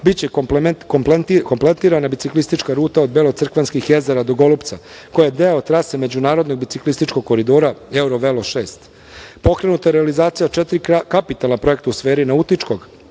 biće kompletirana biciklistička ruta od belocrkvanskih jezera do Golupca, koja je deo trase međunarodnog biciklističkog koridora EV6.Pokrenuta je realizacija od četiri kapitalna projekta u sferi nautičkog